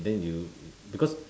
then you you because